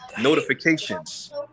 notifications